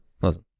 listen